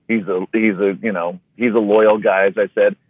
he's ah a he's a you know, he's a loyal guy. as i said.